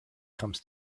comes